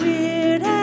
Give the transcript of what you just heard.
Weird